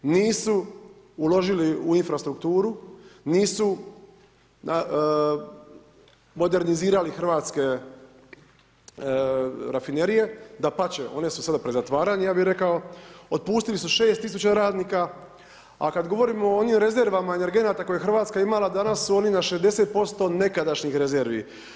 Nisu uložili u infrastrukturu, nisu modernizirali hrvatske rafinerije, dapače one su sada pred zatvaranje ja bih rekao, otpustili su šest tisuća radnika, a kada govorimo o onim rezervama energenata koje je Hrvatska imala danas su oni na 60% nekadašnjih rezervi.